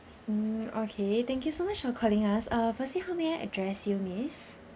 mm okay thank you so much for calling us uh firstly how may I address you miss